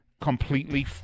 completely